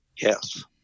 Yes